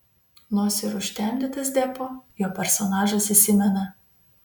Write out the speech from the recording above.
nors ir užtemdytas deppo jo personažas įsimena